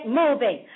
moving